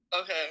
Okay